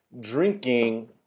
drinking